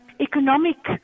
economic